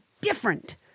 different